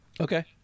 Okay